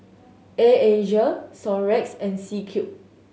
Air Asia Xorex and C Cube